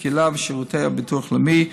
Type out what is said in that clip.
בקהילה ושירותי הביטוח הלאומי,